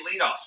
leadoff